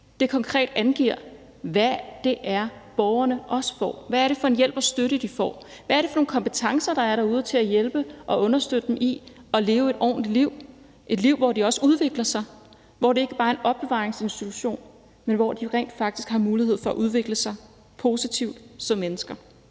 det konkret angiver, hvad det er, borgerne får. Hvad er det for en hjælp og støtte, de får? Hvad er det for nogle kompetencer, der er derude til at hjælpe og understøtte dem i at leve et ordentligt liv, et liv, hvor de også udvikler sig, og hvor det ikke bare er en opbevaringsinstitution, men hvor de rent faktisk har mulighed for at udvikle sig positivt som mennesker?